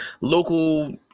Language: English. local